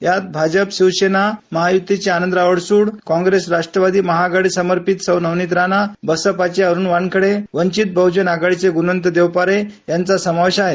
यात भाजप शिवसेना महायुतीचे आनंदराव अडसूळ कांग्रेस राष्ट्रवादी महाआघाडी समर्पित नवणित राणा बसपाचे अरूण वानखेडे वंचित बह्जन आघाडीचे गुणवंत देवपारे यांचा समावेश आहे